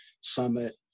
Summit